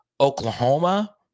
Oklahoma